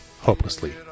hopelessly